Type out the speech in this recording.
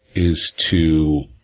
is to